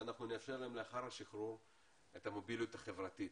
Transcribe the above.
שאנחנו נאפשר להם לאחר השחרור את המוביליות החברתית